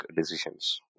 decisions